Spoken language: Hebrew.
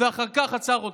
ואחר כך עצר אותה.